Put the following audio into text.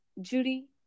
Judy